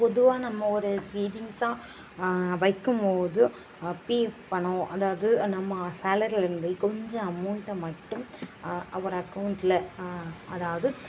பொதுவாக நம்ம ஒரு சேவிங்ஸாக வைக்கும் போது பிஎஃப் பணம் அதாவது நம்ம சேலரிலேருந்து கொஞ்சம் அமௌண்ட்டை மட்டும் ஒரு அகௌண்ட்டில் அதாவது